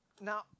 Now